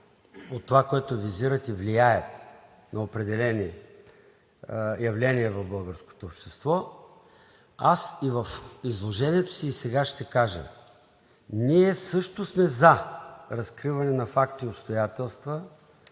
от това, което визирате, влияят на определени явления в българското общество, аз и в изложението си, и сега ще кажа, ние също сме „за“ разкриване на факти и обстоятелства,